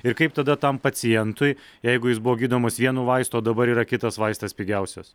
ir kaip tada tam pacientui jeigu jis buvo gydomas vienu vaistu o dabar yra kitas vaistas pigiausias